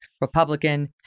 Republican